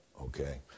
Okay